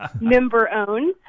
member-owned